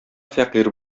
фәкыйрь